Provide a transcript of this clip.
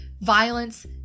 violence